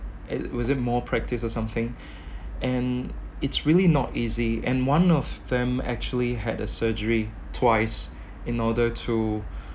it was it more practice or something and it's really not easy and one of them actually had a surgery twice in order to